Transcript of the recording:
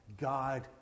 God